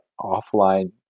offline